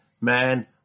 man